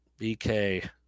BK